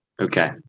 Okay